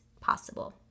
possible